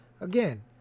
Again